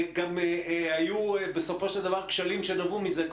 גם היו בסופו של דבר כשלים שנבעו מזה,